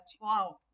wow